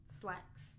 slacks